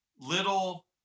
little